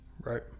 Right